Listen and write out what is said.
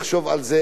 לחשוב על זה,